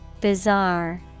Bizarre